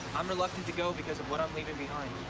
i'm reluctant to go because of what i'm leaving behind.